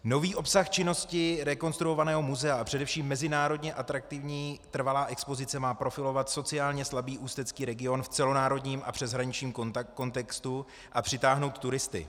Nový obsah činnosti rekonstruovaného muzea a především mezinárodně atraktivní trvalá expozice má profilovat sociálně slabý ústecký region v celonárodním a přeshraničním kontextu a přitáhnout turisty.